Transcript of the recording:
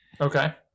Okay